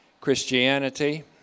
Christianity